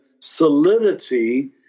solidity